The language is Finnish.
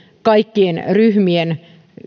kaikkien ryhmien